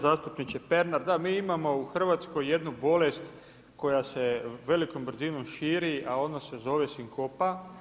Zastupniče Pernar, da, mi imamo u Hrvatskoj jednu bolest koja se velikom brzinom širi a ona se zove sinkopa.